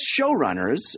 showrunners